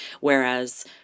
whereas